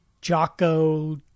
Jocko